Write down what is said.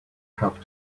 have